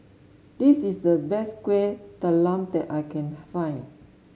this is the best Kuih Talam that I can find